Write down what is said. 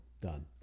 Done